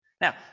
Now